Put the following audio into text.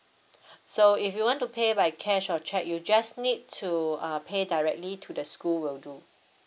so if you want to pay by cash or cheque you just need to uh pay directly to the school will do